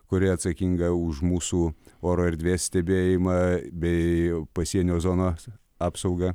kuri atsakinga už mūsų oro erdvės stebėjimą bei pasienio zonos apsaugą